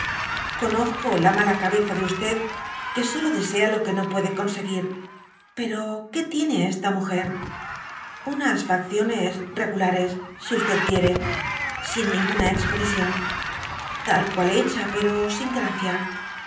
conozco la mala cabeza de que solo desea lo que no puede conseguir pero que tiene esta jnuger unas facciones rulares i quiere sin ninguiía expresión tal cual hecha pero sin gracia